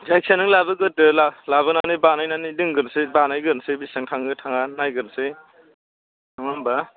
जायखिजाया नों लाबोग्रोदो लाबोनानै बानायनानै दोनग्रोनोसै बानायग्रोनोसै बिसिबां थाङो थाङा नायग्रोनोसै नङा होनबा